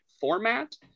format